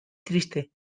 triste